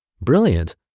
Brilliant